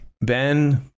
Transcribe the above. Ben